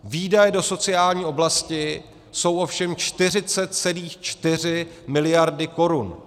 Výdaje do sociální oblasti jsou ovšem 40,4 miliardy korun.